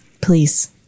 Please